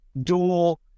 dual